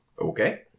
Okay